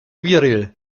widerrede